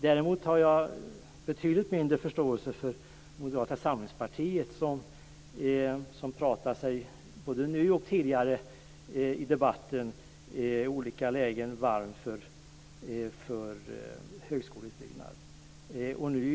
Däremot har jag betydligt mindre förståelse för Moderata samlingspartiets företrädare som både nu och tidigare i debattens olika lägen pratat sig varm för högskoleutbyggnad.